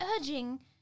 urging